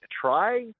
try